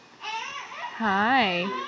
hi